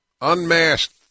unmasked